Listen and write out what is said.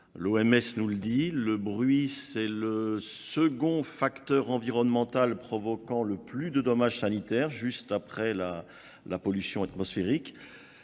L'OMS nous le dit, le bruit c'est le second facteur environnemental provoquant le plus de dommages sanitaires juste après la pollution atmosphérique.